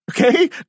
Okay